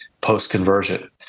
post-conversion